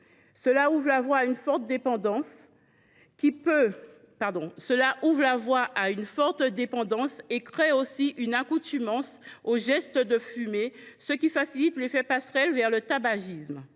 Cela ouvre la voie à une forte dépendance et crée une accoutumance au geste de fumer, ce qui facilite l’effet passerelle vers le tabagisme.